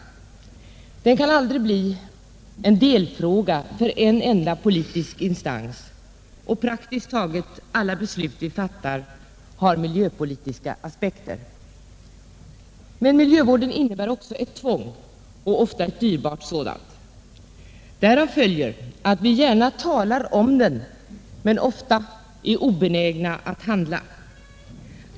Miljövården kan aldrig bli en delfråga för en enda politisk instans, och praktiskt taget alla beslut vi fattar har miljöpolitiska aspekter. Men miljövården innebär också ett tvång och ofta ett dyrbart sådant. Därav följer att vi gärna talar om den, men ofta är obenägna att handla.